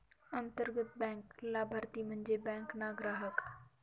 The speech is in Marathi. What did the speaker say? अंतर्गत बँक लाभारती म्हन्जे बँक ना ग्राहक